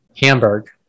Hamburg